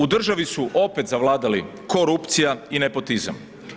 U državi su opet zavladali korupcija i nepotizam.